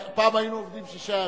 פעם היינו עובדים שישה ימים.